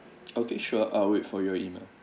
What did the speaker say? okay sure I'll wait for your email